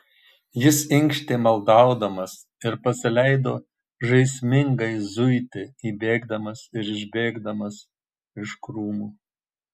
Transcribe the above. jis inkštė maldaudamas ir pasileido žaismingai zuiti įbėgdamas ir išbėgdamas iš krūmų